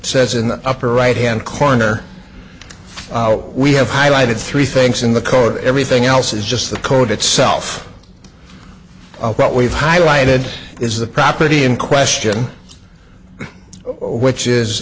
the upper right hand corner we have highlighted three things in the code everything else is just the code itself what we've highlighted is the property in question which is